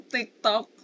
TikTok